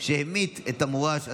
אין מתנגדים, אין נמנעים.